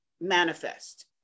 manifest